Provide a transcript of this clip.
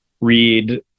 read